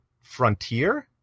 Frontier